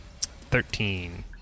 Thirteen